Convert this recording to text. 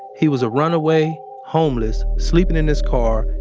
he was a runaway homeless, sleeping in his car,